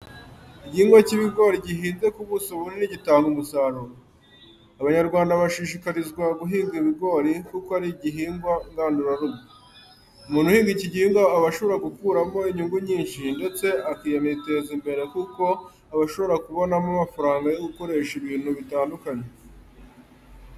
Igihingwa cy'ibigori gihinze ku buso bunini gitanga umusaruro. Abanyarwanda bashishikarizwa guhinga ibigori kuko ari igihingwa ngandurarugo. Umuntu uhinga iki gihingwa aba ashobora gukuramo inyungu nyinshi ndetse akaniteza imbere kuko aba ashobora kubonamo amafaranga yo gukoresha ibintu bitandukanye.